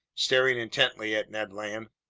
staring intently at ned land.